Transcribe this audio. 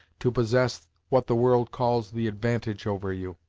to possess what the world calls the advantage over you.